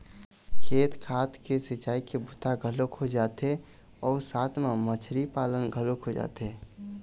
खेत खार के सिंचई के बूता घलोक हो जाथे अउ साथ म मछरी पालन घलोक हो जाथे